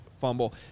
fumble